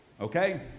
Okay